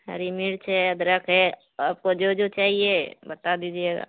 ہری مرچ ہے ادرک ہے آپ کو جو جو چاہیے بتا دیجیے گا